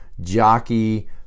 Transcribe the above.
jockey